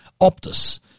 Optus